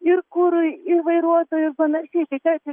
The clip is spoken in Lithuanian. ir kurui ir vairuotojų ir panašiai tai tarsi